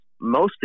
mostly